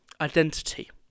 identity